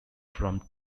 from